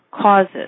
causes